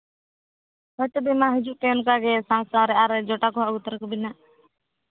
ᱦᱳᱭ ᱛᱚᱵᱮ ᱢᱟ ᱦᱤᱡᱩᱜ ᱵᱮᱱ ᱚᱱᱠᱟ ᱜᱮ ᱥᱟᱶ ᱥᱟᱶ ᱨᱮ ᱟᱨ ᱡᱚᱴᱟᱣ ᱠᱚᱦᱚᱸ ᱟᱹᱜᱩ ᱛᱚᱨᱟ ᱠᱚᱵᱤᱱ ᱦᱟᱸᱜ